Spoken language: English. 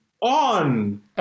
on